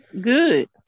Good